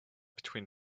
between